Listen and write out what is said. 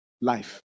life